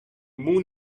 moon